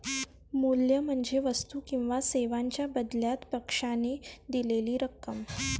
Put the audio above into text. मूल्य म्हणजे वस्तू किंवा सेवांच्या बदल्यात पक्षाने दिलेली रक्कम